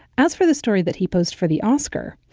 as for the story that he posed for the oscar,